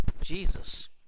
Jesus